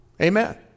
Amen